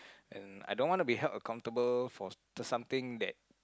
and I don't want to be held accountable for something that